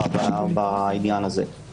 יכול להיות שהוא לא ישים מבחינת מערכות